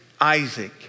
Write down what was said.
Isaac